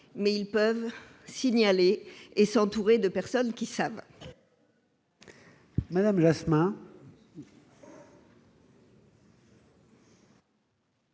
mais ils peuvent signaler et s'entourer de personnes qui savent.